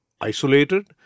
isolated